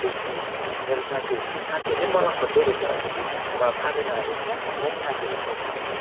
त्योपिच्छे मेरो साथीहरू चाहिँ साथीहरूले पनि मलाई खोज्दै रहेछ अपोजिट मलाई थाहा थिएन अब म पनि साथीहरूलाई खोज्दैछु